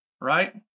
right